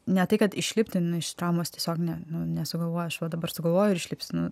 ne tai kad išlipti nu iš traumos tiesiog ne nu nesugalvoju aš va dabar sugalvoju ir išlipsiu